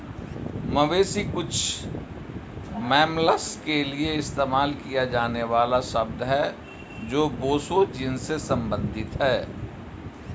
मवेशी कुछ मैमल्स के लिए इस्तेमाल किया जाने वाला शब्द है जो बोसो जीनस से संबंधित हैं